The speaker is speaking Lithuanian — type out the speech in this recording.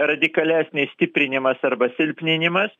radikalesnis stiprinimas arba silpninimas